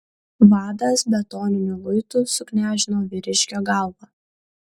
vadas betoniniu luitu suknežino vyriškio galvą